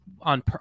on